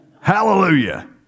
Hallelujah